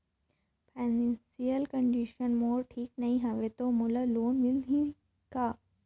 Financial condition मोर ठीक नी हवे तो मोला लोन मिल ही कौन??